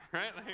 right